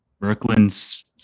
Brooklyn's